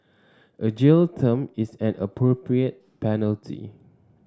a jail term is an appropriate penalty